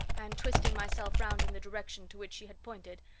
and, twisting myself round in the direction to which she had pointed,